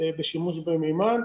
בשימוש במימן.